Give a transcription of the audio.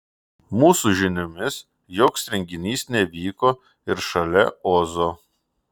mūsų žiniomis joks renginys nevyko ir šalia ozo